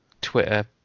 Twitter